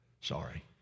sorry